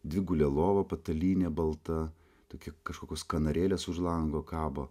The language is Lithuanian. dvigulė lova patalynė balta tokia kažkokios kanarėlės už lango kabo